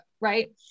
Right